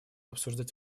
обсуждать